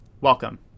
welcome